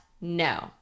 no